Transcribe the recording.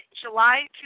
July